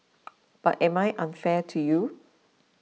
but am I unfair to you